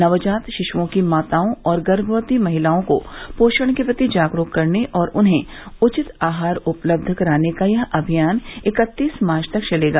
नवजात शिश्ओं की माताओं और गर्भवती महिलाओं को पोषण के प्रति जागरूक करने और उन्हें उचित आहार उपलब्ध कराने का यह अभियान इकत्तीस मार्च तक चलेगा